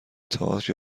تئاتر